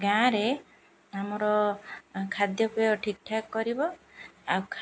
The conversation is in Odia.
ଗାଁରେ ଆମର ଖାଦ୍ୟପେୟ ଠିକ୍ ଠାକ୍ କରିବ ଆଉ